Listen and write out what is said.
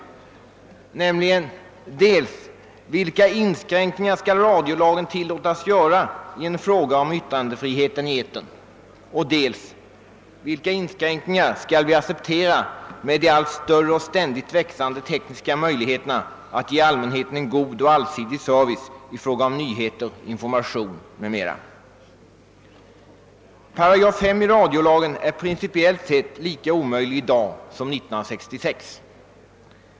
Det gäller dels vilka inskränkningar radiolagen kan tillåtas göra i fråga om yttrandefriheten i etern, dels vilka inskränkningar vi skall acceptera med de allt större och ständigt växande tekniska möjligheterna att ge allmänheten en god och allsidig service i fråga om nyheter, information m.m. 3 § i radiolagen är principiellt sett lika omöjlig i dag som 1966.